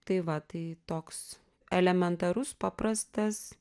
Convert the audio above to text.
tai va tai toks elementarus paprastas